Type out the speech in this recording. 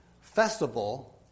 festival